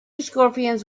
scorpions